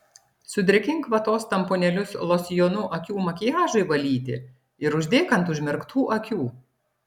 sudrėkink vatos tamponėlius losjonu akių makiažui valyti ir uždėk ant užmerktų akių